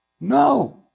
No